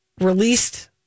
released